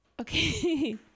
Okay